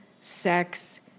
sex